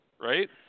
right